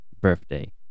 birthday